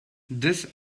this